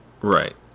right